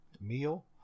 meal